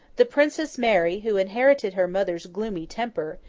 the princess mary, who inherited her mother's gloomy temper,